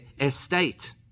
estate